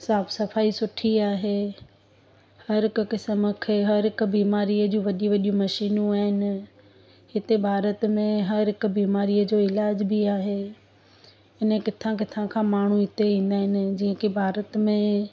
साफ़ु सफ़ाई सुठी आहे हर हिक क़िस्म खे हर हिक बीमारी जूं वॾियूं वॾियूं मशीनियूं आहिनि हिते भारत में हर हिक बीमारीअ जो इलाज बि आहे हिन किथां किथां खां माण्हू हिते ईंदा आहिनि जीअं की भारत में